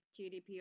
GDPR